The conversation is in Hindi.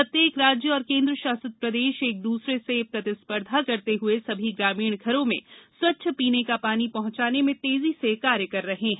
प्रत्येक राज्य और केंद्रशासित प्रदेश एक दूसरे से प्रतिस्पर्धा करते हुए सभी ग्रामीण घरों में स्वच्छ पीने का पानी पहुंचाने में तेजी से कार्य कर रहे हैं